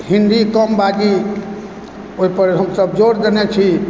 हिन्दी कम बाजी ओहि पर हमसभ जोर देने छी